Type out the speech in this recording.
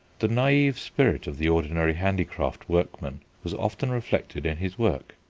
the naive spirit of the ordinary handicraft workman was often reflected in his work.